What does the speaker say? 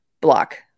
Block